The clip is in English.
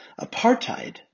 Apartheid